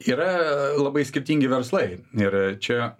yra labai skirtingi verslai ir čia